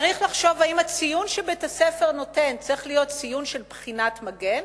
צריך לחשוב אם הציון שבית-הספר נותן צריך להיות ציון של בחינת מגן